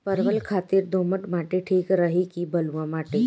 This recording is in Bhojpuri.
परवल खातिर दोमट माटी ठीक रही कि बलुआ माटी?